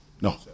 No